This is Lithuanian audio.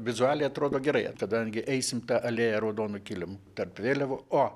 vizualiai atrodo gerai kadangi eisim ta alėja raudonu kilimu tarp vėliavų o